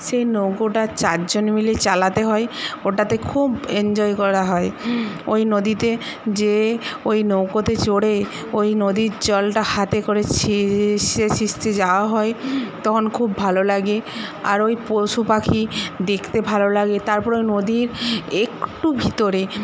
সেই নৌকোটা চারজন মিলে চালাতে হয় ওটাতে খুব এঞ্জয় করা হয় ওই নদীতে যেয়ে ওই নৌকোতে চড়ে ওই নদীর জলটা হাতে করে যাওয়া হয় তখন খুব ভালো লাগে আর ওই পশু পাখি দেখতে ভালো লাগে তারপরে ওই নদীর একটু ভিতরে